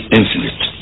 infinite